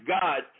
God